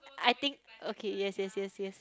I think okay yes yes yes yes